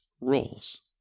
roles